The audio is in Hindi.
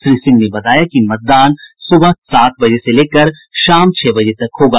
श्री सिंह ने बताया कि मतदान सुबह सात बजे से लेकर शाम छह बजे तक होगा